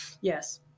yes